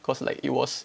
because like it was